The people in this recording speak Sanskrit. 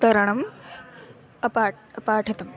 तरणम् अपाठ् अ पाठितम्